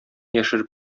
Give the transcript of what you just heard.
яшереп